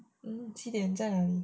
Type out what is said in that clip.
几点在哪里